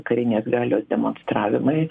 karinės galios demonstravimai